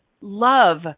love